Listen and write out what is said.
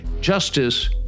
justice